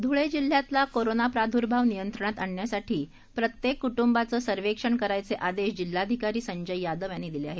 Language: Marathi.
धुळे जिल्ह्यातला कोरोना प्रादुर्भाव नियंत्रणात आणण्यासाठी प्रत्येक कुटुंबाचं सर्वेक्षण करायचे आदेश जिल्हाधिकारी संजय यादव यांनी दिले आहेत